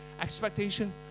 expectation